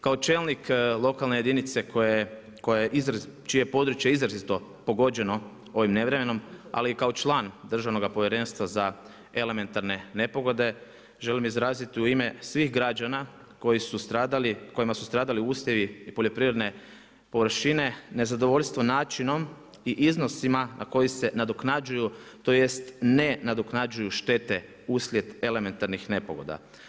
Kao čelnik lokalne jedinice čije je područje izrazito pogođeno ovim nevremenom, ali i kao član Državnoga povjerenstva za elementarne nepogode, želim izraziti u ime svih građana kojima su stradali usjevi i poljoprivredne površine, nezadovoljstvo načinom i iznosima na koje se nadoknađuju, tj. ne nadoknađuju štete uslijed elementarnih nepogoda.